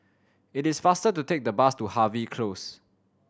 it is faster to take the bus to Harvey Close